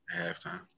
Halftime